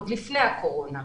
עוד לפני הקורונה.